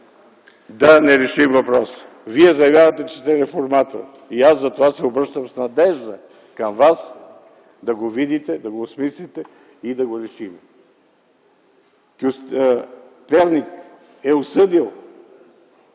да не решим въпроса. Вие заявявате, че сте реформатор и аз за това се обръщам към Вас с надежда - да го видите, да го осмислите и да го решим. Перник е осъдил